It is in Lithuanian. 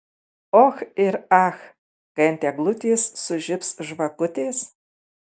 och ir ach kai ant eglutės sužibs žvakutės